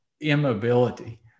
immobility